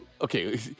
okay